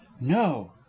No